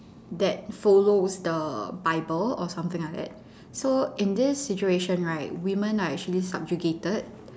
that follows the bible or something like that so in this situation right women are actually subjugated